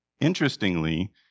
Interestingly